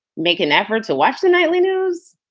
make an effort to watch the nightly news.